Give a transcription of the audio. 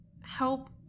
help